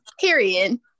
period